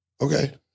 Okay